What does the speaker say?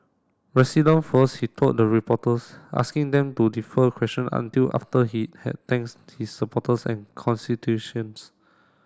resident first he told the reporters asking them to defer question until after he had thanks his supporters and constitutions